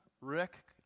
Rick